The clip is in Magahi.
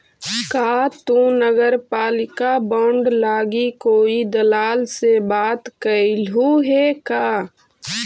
का तु नगरपालिका बॉन्ड लागी कोई दलाल से बात कयलहुं हे का?